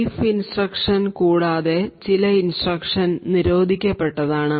safe instruction കൂടാതെ ചില instruction നിരോധിക്കപ്പെട്ടതാണ്